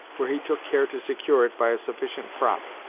where he took care to secure it by a sufficient prop.